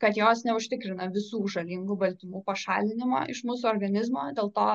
kad jos neužtikrina visų žalingų baltymų pašalinimo iš mūsų organizmo dėl to